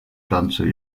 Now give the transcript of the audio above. ganze